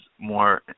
more